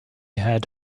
had